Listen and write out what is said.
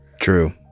True